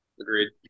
Agreed